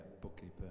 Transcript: bookkeeper